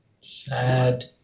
sad